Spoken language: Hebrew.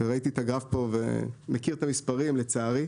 ראיתי את הגרף פה ואני מכיר את המספרים לצערי.